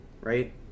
right